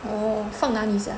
orh 放哪里 sia